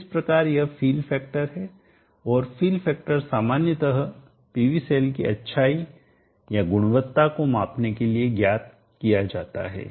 इस प्रकार यह फील फैक्टर है और फील फैक्टर सामान्यतः पीवी सेल की अच्छाई या गुणवत्ता को मापने के लिए ज्ञात किया जाता है